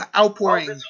outpouring